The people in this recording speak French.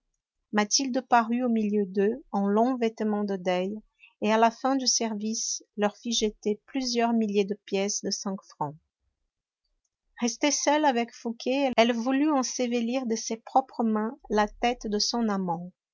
mathilde parut au milieu d'eux en longs vêtements de deuil et à la fin du service leur fit jeter plusieurs milliers de pièces de cinq francs restée seule avec fouqué elle voulut ensevelir de ses propres mains la tête de son amant